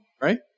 Right